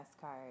card